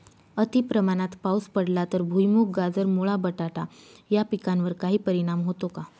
अतिप्रमाणात पाऊस पडला तर भुईमूग, गाजर, मुळा, बटाटा या पिकांवर काही परिणाम होतो का?